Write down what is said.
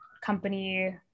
company